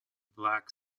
black